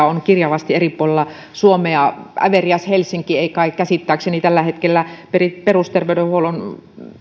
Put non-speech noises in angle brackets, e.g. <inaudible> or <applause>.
<unintelligible> on kirjavasti eri puolilla suomea äveriäs helsinki ei kai käsittääkseni tällä hetkellä peri perusterveydenhuollon